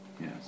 Yes